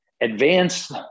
advanced